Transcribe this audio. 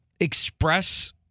express